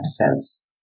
episodes